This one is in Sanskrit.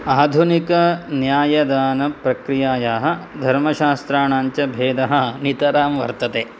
आधुनिक न्यायदानप्रक्रियायाः धर्मशास्त्राणाञ्च भेदः नितरां वर्तते